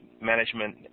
management